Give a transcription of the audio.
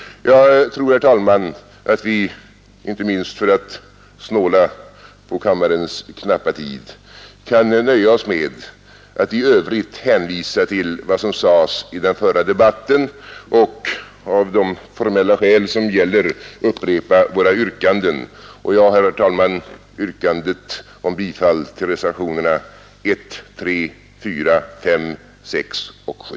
Jag tror att vi, inte minst för att snåla på kammarens knappa tid, kan nöja oss med att i övrigt hänvisa till vad som sades i den förra debatten och att av de formella skäl som gäller upprepa våra yrkanden. Och mitt yrkande är, herr talman, bifall till reservationerna 1, 3, 4, 5, 6 och 7.